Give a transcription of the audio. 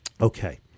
Okay